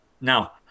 Now